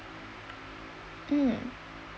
mm